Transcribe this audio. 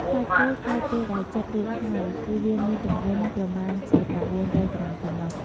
សាច់ពោតក្រោយពេលដែលចិត្តរួចរាល់ គឺវាមានទម្ងន់ប្រមាណជា ៩០០ ក្រាមប៉ុណ្ណោះ។